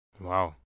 Wow